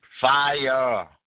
fire